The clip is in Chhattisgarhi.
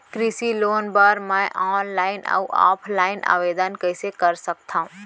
कृषि लोन बर मैं ऑनलाइन अऊ ऑफलाइन आवेदन कइसे कर सकथव?